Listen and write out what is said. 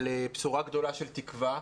על בשורה גדולה של תקווה,